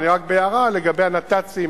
רק בהערה לגבי הנת"צים,